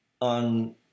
on